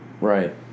Right